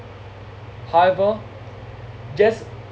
however just